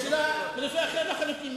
זאת שאלה בנושא אחר לחלוטין.